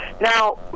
Now